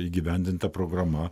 įgyvendinta programa